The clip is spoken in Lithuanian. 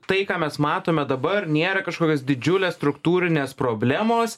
tai ką mes matome dabar nėra kažkokios didžiulės struktūrinės problemos